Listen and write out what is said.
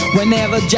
Whenever